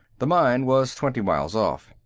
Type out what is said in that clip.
the mine was twenty miles off.